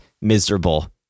miserable